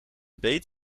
beet